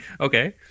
Okay